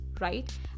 right